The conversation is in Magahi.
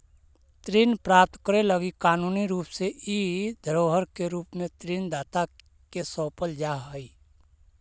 ऋण प्राप्त करे लगी कानूनी रूप से इ धरोहर के रूप में ऋण दाता के सौंपल जा हई